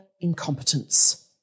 incompetence